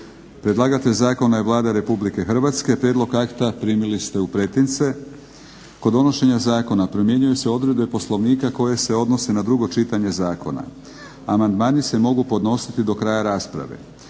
Predlagatelj zakona je Vlada Republike Hrvatske. Prijedlog akta primili ste u pretince. Kod donošenja zakona primjenjuju se odredbe Poslovnika koje se odnose na drugo čitanje zakona. Amandmani se mogu podnositi do kraja rasprave.